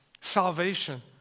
salvation